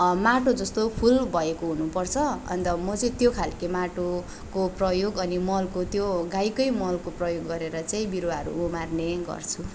माटो जस्तो फुल भएको हुनुपर्छ अन्त म चाहिँ त्यो खाल्को माटोको प्रयोग अनि मलको त्यो गाईकै मलको प्रयोग गरेर चाहिँ बिरुवाहरू उमार्ने गर्छु